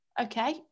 Okay